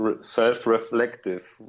self-reflective